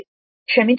క్షమించండి అది100